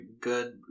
good